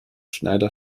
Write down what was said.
schneider